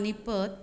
Panipat